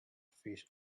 fish